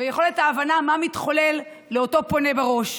ביכולת ההבנה של מה שמתחולל לאותו פונה בראש.